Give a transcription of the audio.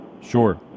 Sure